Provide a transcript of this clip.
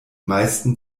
meisten